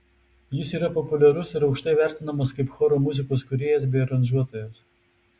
jis yra populiarus ir aukštai vertinamas kaip choro muzikos kūrėjas bei aranžuotojas